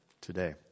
today